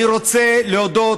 אני רוצה להודות